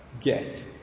get